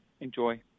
enjoy